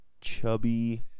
chubby